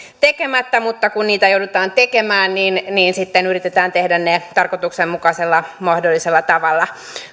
tekemättä mutta kun niitä joudutaan tekemään niin niin sitten yritetään tehdä ne mahdollisimman tarkoituksenmukaisella tavalla